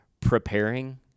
preparing